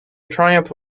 triumph